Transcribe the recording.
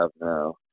now